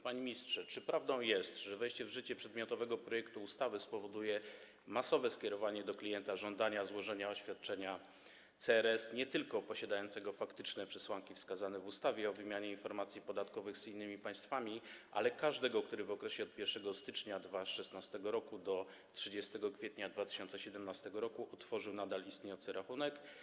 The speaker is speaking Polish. Panie ministrze, czy prawdą jest, że wejście w życie przedmiotowego projektu ustawy spowoduje masowe skierowanie do klienta żądania złożenia oświadczenia CRS, nie tylko tego spełniającego faktyczne przesłanki wskazane w ustawie o wymianie informacji podatkowych z innymi państwami, ale także każdego, który w okresie od 1 stycznia 2016 r. do 30 kwietnia 2017 r. otworzył nadal istniejący rachunek?